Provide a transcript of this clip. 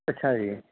ਅੱਛਾ ਜੀ